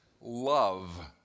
love